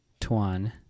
Tuan